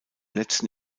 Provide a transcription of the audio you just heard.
letzten